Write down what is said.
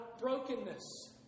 brokenness